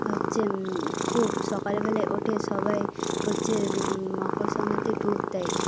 হচ্ছে খুব সকালবেলায় উঠে সবাই হচ্ছে মকর সংক্রান্তির ডুব দেয়